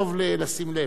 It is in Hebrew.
אדוני היושב-ראש,